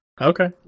Okay